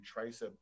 tricep